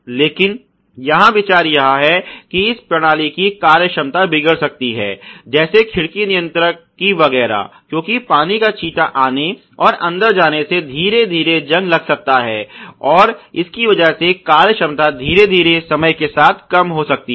लेकिन यहां विचार यह है कि इस तरह की प्रणाली की कार्य क्षमता बिगड़ सकती है जैसे खिड़की नियंत्रक की वगैरह क्योंकि पानी का छींटा आने और अंदर जाने से धीरे धीरे जंग लग सकता है और इसकी वजह से कार्यक्षमता धीरे धीरे समय के साथ कम हो सकती है